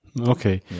Okay